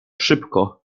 szybko